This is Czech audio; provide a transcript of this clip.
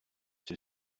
jsi